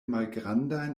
malgrandaj